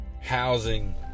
housing